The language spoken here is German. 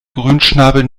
grünschnabel